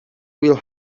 will